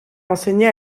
enseigner